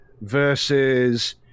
versus